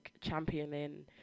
championing